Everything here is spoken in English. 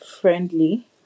friendly